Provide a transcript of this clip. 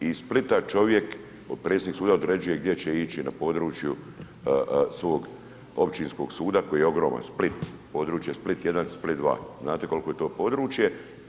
I iz Splita čovjek, predsjednik suda određuje gdje će ići na području svog općinskog suda koji je ogroman, Split, područje Split 1, Split 2. Znate koliko je to područje.